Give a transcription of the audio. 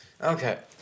Okay